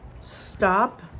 Stop